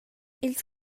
ils